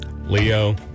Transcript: Leo